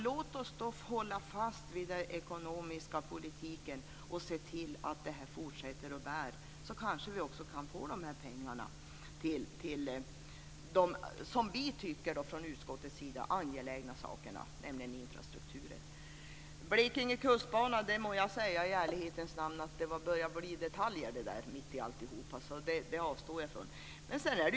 Låt oss då hålla fast vid den ekonomiska politiken och se till att det här fortsätter att bära! Då kanske vi också kan få dessa pengar till det som vi från utskottets sida tycker är angeläget, nämligen infrastrukturen. När det talas om Blekinge kustbana må jag i ärlighetens namn säga att det börjar bli detaljer. Det avstår jag från att kommentera.